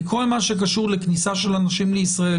בכל מה שקשור לכניסה של אנשים לישראל,